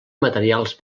materials